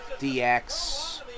DX